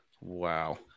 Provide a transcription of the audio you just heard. Wow